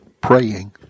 praying